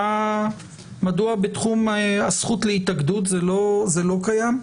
מדוע בתחום הזכות להתאגדות זה לא קיים?